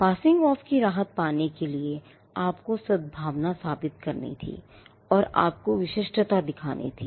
passing off की राहत पाने के लिए आपको सद्भावना साबित करनी थी और आपको विशिष्टता दिखानी थी